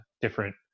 different